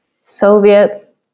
Soviet